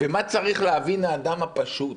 ומה צריך להבין האדם הפשוט,